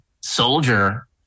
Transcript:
soldier